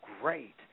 great